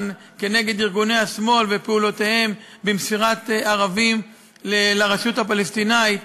כנגד ארגוני השמאל ופעולותיהם במסירת ערבים לרשות הפלסטינית,